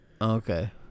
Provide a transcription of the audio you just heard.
Okay